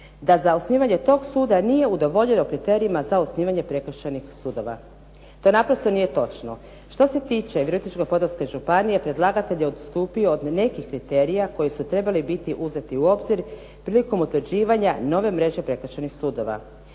da za osnivanje tog suda nije udovoljeno kriterijima za osnivanje prekršajnih sudova. To naprosto nije točno. Što se tiče Virovitičko-podravske županije predlagatelj je odstupio od nekih kriterija koji su trebali biti uzeti u obzir prilikom utvrđivanja nove mreže prekršajnih sudova,